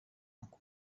uncle